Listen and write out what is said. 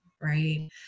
right